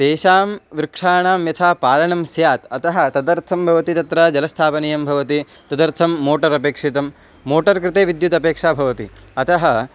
तेषां वृक्षाणां यथा पालनं स्यात् अतः तदर्थं भवति तत्र जलस्थापनीयं भवति तदर्थं मोटर् अपेक्षितं मोटर् कृते विद्युत् अपेक्षा भवति अतः